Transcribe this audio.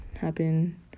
happen